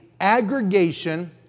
aggregation